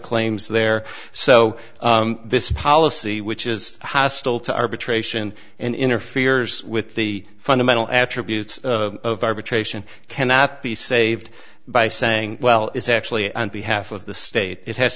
claims there so this policy which is hostile to arbitration and interferes with the fundamental attributes of arbitration cannot be saved by saying well it's actually on behalf of the state it has